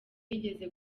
yigeze